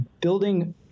building